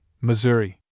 Missouri